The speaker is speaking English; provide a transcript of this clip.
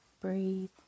breathe